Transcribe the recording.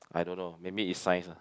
I don't know maybe it's science lah